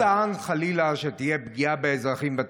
איש לא טען, חלילה, שתהיה פגיעה באזרחים ותיקים.